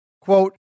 Quote